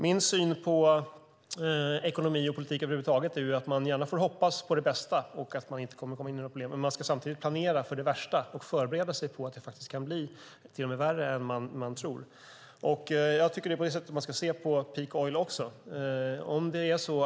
Min syn på ekonomi och politik över huvud taget är att man gärna får hoppas på det bästa men samtidigt ska planera för det värsta och förbereda sig på att det faktiskt kan bli till och med värre än man tror. Jag tycker att det är på det sättet man också ska se på peak oil.